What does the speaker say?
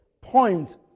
point